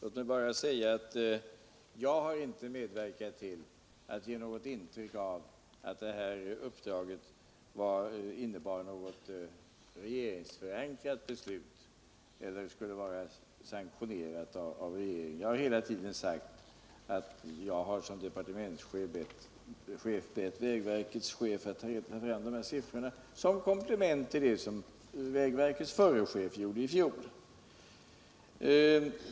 Herr talman! Jag har inte medverkat till att ge ett intryck av att bakom detta uppdrag skulle ligga ett regeringsförankrat beslut eller att det skulle vara något som hade sanktionerats av regeringen. Jag har hela tiden sagt att jag som departementschef har bett vägverkets chef att ta fram dessa siffror som komplement till det som vägverkets förre chet gjorde i fjol.